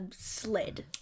sled